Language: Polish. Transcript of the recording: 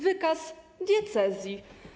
Wykaz diecezji.